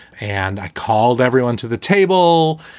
and i called everyone to the table.